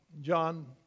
John